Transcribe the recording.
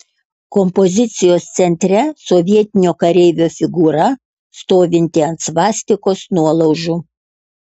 kompozicijos centre sovietinio kareivio figūra stovinti ant svastikos nuolaužų